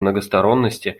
многосторонности